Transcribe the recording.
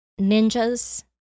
ninjas